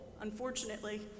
unfortunately